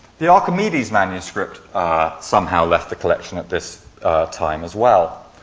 the archimedes manuscript somehow left the collection at this time as well.